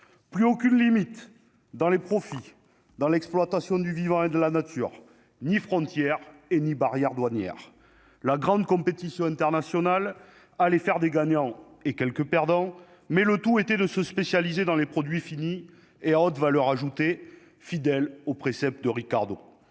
plus aucune limite dans les profits dans l'exploitation du vivant et de la nature ni frontières et ni barrières douanières, la grande compétition internationale, allez faire des gagnants et quelques perdants mais le tout était de se spécialiser dans les produits finis et à haute valeur ajoutée, fidèle au précepte de Ricardo,